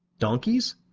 donkeys?